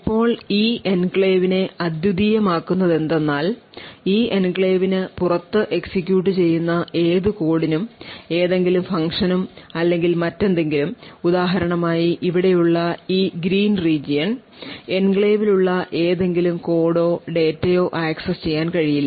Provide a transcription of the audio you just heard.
ഇപ്പോൾ ഈ എൻക്ലേവിനെ അദ്വിതീയമാക്കുന്നതെന്തെന്നാൽ ഈ എൻക്ലേവിന് പുറത്ത് എക്സിക്യൂട്ട് ചെയ്യുന്ന ഏത് കോഡിനും ഏതെങ്കിലും ഫംഗ്ഷനും അല്ലെങ്കിൽ മറ്റെന്തെങ്കിലും ഉദാഹരണമായി ഇവിടെയുള്ള ഈ green region എൻക്ലേവിലുള്ള ഏതെങ്കിലും കോഡോ ഡാറ്റയോ ആക്സസ് ചെയ്യാൻ കഴിയില്ല